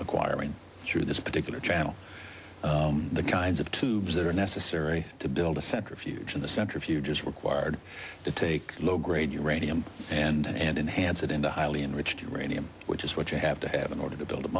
acquiring through this particular channel the kinds of tubes that are necessary to build a centrifuge and the centrifuge is required to take low grade uranium and enhance it into highly enriched uranium which is what you have to have in order to build